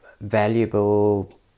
valuable